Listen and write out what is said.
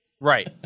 Right